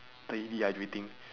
dehydrating